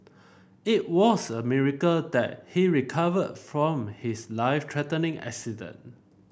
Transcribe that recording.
it was a miracle that he recovered from his life threatening accident